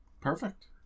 Perfect